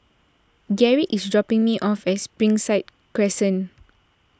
Garrick is dropping me off at Springside Crescent